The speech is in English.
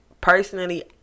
personally